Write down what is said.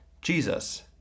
Jesus